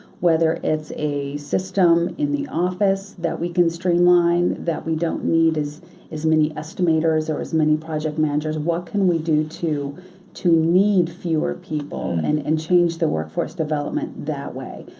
whether it's a system in the office that we can streamline that we don't need as as many estimators or as many project managers, what can we do to to need fewer people and and change the workforce development that way?